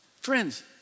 Friends